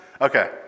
Okay